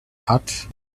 hat